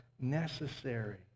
necessary